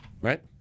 Right